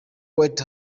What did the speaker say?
white